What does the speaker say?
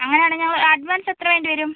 അങ്ങനെയാണേൽ ഞങ്ങള് അഡ്വാൻസ് എത്ര വേണ്ടി വരും